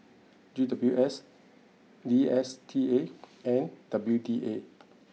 C W S D S T A and W D A